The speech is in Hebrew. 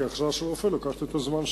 כי הכשרה של רופא לוקחת את הזמן שלה,